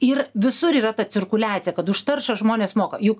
ir visur yra ta cirkuliacija kad už taršą žmonės moka juk